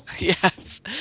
Yes